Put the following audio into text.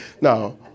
Now